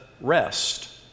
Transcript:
rest